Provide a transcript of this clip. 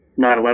9-11